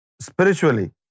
spiritually